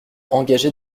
engagés